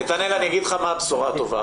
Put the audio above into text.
נתנאל, אני אגיד לך מה הבשורה הטובה.